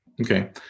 Okay